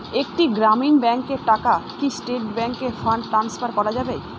একটি গ্রামীণ ব্যাংকের টাকা কি স্টেট ব্যাংকে ফান্ড ট্রান্সফার করা যাবে?